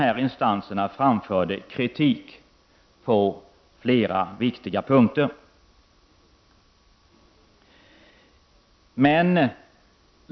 Båda instanserna framförde kritik på flera viktiga punkter.